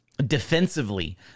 Defensively